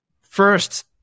First